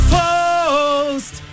post